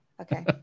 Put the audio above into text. okay